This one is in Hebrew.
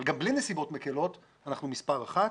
אבל גם בלי נסיבות מקלות אנחנו מספר אחת.